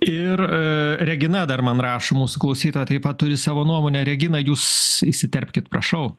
ir regina dar man rašo mūsų klausytoja taip pat turi savo nuomonę regina jūs įsiterpkit prašau